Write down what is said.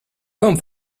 come